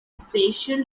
spatial